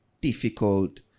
difficult